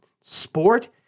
sport